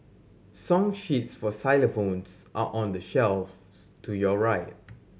song sheets for xylophones are on the shelves to your right